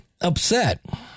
upset